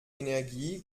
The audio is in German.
energie